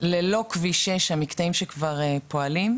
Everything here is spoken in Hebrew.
ללא כביש 6, המקטעים שכבר פועלים,